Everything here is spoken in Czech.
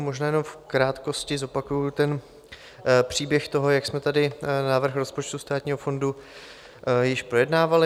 Možná jenom v krátkosti zopakuji příběh toho, jak jsme tady návrh rozpočtu Státního fondu již projednávali.